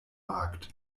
markt